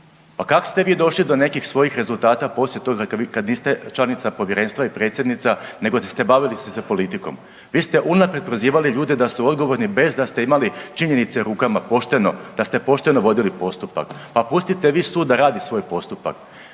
Pa kako ste vi došli do nekih svojih rezultata poslije toga kada niste članica Povjerenstva i predsjednica nego ste se baviti politikom? Vi ste unaprijed prozivali ljude da su odgovorni bez da ste imali činjenice u rukama pošteno, da ste pošteno vodili postupak. Pa pustite vi sud da radi svoj postupak.